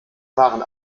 waren